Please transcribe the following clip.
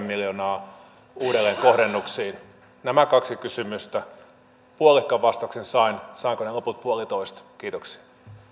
miljoonaa yksi yhteen uudelleenkohdennuksiin nämä kaksi kysymystä puolikkaan vastauksen sain saanko ne loput puolitoista kiitoksia